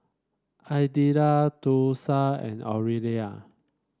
Idella Thursa and Orelia